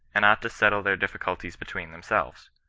and ought to settle their difficulties b tween themselves.